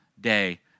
day